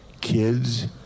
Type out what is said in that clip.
kids